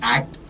Act